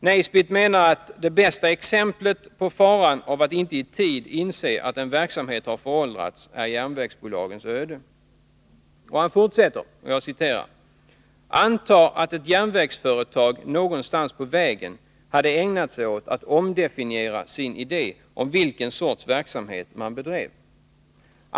Naisbitt menar att: ”Det bästa exemplet på faran av att inte i tid inse att en verksamhet har föråldrats är järnvägsbolagens öde.” Han fortsätter: ”Anta att ett järnvägsföretag någonstans på vägen, ——- hade ägnat sig åt att omdefiniera sin idé om vilken sorts verksamhet man bedrev.